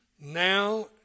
now